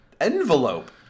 envelope